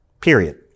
period